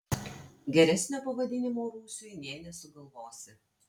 geresnio pavadinimo rūsiui nė nesugalvosi